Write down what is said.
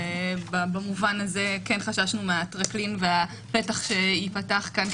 ובמובן הזה כן חששנו מהטרקלין והפתח שייפתח כאן,